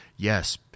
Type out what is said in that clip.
Yes